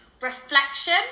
reflection